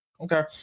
Okay